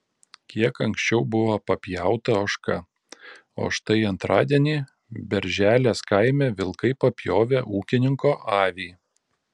kiek anksčiau buvo papjauta ožka o štai antradienį berželės kaime vilkai papjovė ūkininko avį